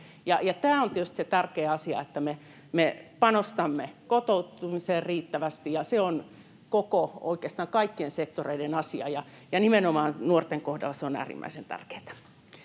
Tämä on tietysti se tärkeä asia, että me panostamme kotoutumiseen riittävästi, ja se on oikeastaan kaikkien sektoreiden asia, ja nimenomaan nuorten kohdalla se on äärimmäisen tärkeätä.